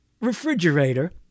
refrigerator